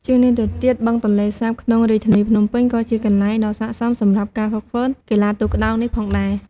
ជាងនេះទៅទៀតបឹងទន្លេសាបក្នុងរាជធានីភ្នំពេញក៏ជាកន្លែងដ៏ស័ក្តិសមសម្រាប់ការហ្វឹកហ្វឺនកីឡាទូកក្ដោងនេះផងដែរ។